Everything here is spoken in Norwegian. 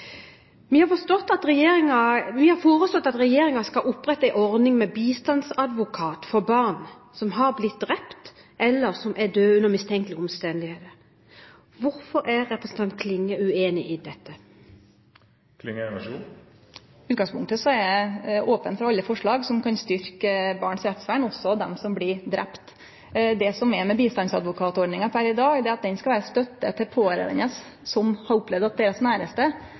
Vi har foreslått at regjeringen skal opprette en ordning med bistandsadvokat for barn som har blitt drept, eller som er døde under mistenkelige omstendigheter. Hvorfor er representanten Klinge uenig i dette? I utgangspunktet er eg open for alle forslag som kan styrkje barns rettsvern, også dei som blir drepne. Det som er med bistandsadvokatordninga per i dag, er at ho skal vere ei støtte til pårørande som har opplevd at deira næraste